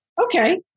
Okay